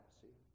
see